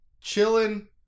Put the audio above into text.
chilling